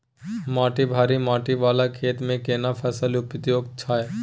माटी भारी माटी वाला खेत में केना फसल उपयुक्त छैय?